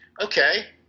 okay